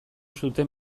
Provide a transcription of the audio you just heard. zuten